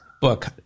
book